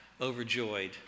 overjoyed